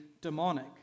demonic